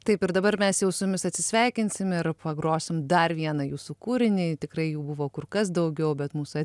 taip ir dabar mes jau su jumis atsisveikinsim ir pagrosim dar vieną jūsų kūrinį tikrai jų buvo kur kas daugiau bet mūsų